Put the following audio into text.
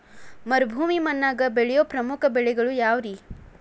ಮರುಭೂಮಿ ಮಣ್ಣಾಗ ಬೆಳೆಯೋ ಪ್ರಮುಖ ಬೆಳೆಗಳು ಯಾವ್ರೇ?